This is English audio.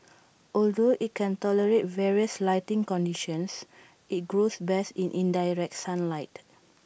although IT can tolerate various lighting conditions IT grows best in indirect sunlight